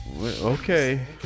Okay